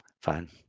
Fine